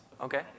Okay